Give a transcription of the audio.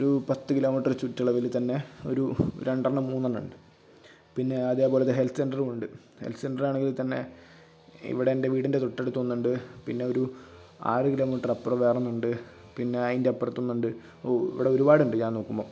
ഒരു പത്ത് kilometre ചുറ്റളവിൽ തന്നെ ഒരു രണ്ടെണ്ണം മൂന്നെണ്ണം ഉണ്ട് പിന്നെ അതുപോലത്തെ ഹെല്ത്ത് സെന്ററുണ്ട് ഹെല്ത്ത് സെന്റര് ആണെങ്കിൽ തന്നെ ഇവിടെ എന്റെ വീടിന്റെ തൊട്ടടുത്ത് ഒന്നുണ്ട് പിന്നെ ഒരു ആറു കിലോ മീറ്റര് അപ്പുറം വേറൊന്നുണ്ട് പിന്നെ അതിന്റെ അപ്പുറത്തുമുണ്ട് ഇവിടെ ഒരുപാടുണ്ട് ഞാന് നോക്കുമ്പം